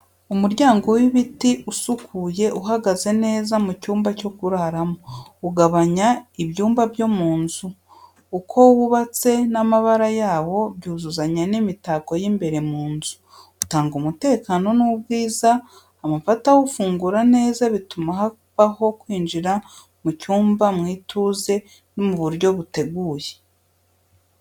Umuryango w’ibiti usukuye uhagaze neza mu cyumba cyo kuraramo, ugabanya ibyumba byo mu nzu. Uko wubatse n’amabara yawo byuzuzanya n’imitako y’imbere mu nzu, utanga umutekano n’ubwiza. Amapata awufungura neza bituma habaho kwinjira mu cyumba mu ituze no mu buryo buteguye.